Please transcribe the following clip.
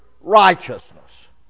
righteousness